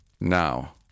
Now